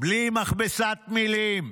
בלי מכבסת מילים,